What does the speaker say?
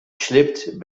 slipped